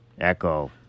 Echo